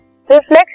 reflex